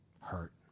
Hurt